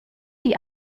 die